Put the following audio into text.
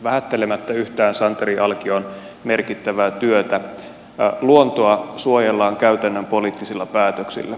vähättelemättä yhtään santeri alkion merkittävää työtä luontoa suojellaan käytännön poliittisilla päätöksiä